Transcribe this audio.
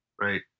right